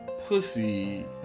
pussy